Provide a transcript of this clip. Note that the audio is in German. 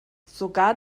sogar